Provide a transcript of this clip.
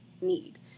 need